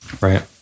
Right